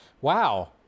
Wow